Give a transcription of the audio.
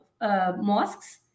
mosques